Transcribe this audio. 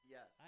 Yes